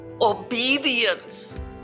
Obedience